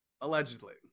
Allegedly